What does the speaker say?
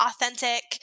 authentic